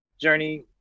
journey